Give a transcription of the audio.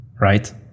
right